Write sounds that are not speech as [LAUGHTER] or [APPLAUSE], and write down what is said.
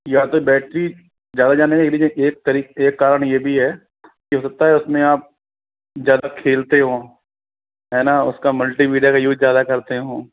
या तो बेटरी [UNINTELLIGIBLE] एक कारण ये भी है की हो सकता है उसमे आप ज़्यादा खेलते हो है ना उसका मल्टीमीडिया का यूज ज़्यादा करते हो